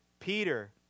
Peter